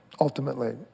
ultimately